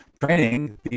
training